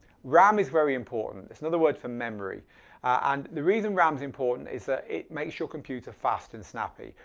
ram is very important, it's another word for memory and the reason ram's important is that it makes your computer fast and snappy.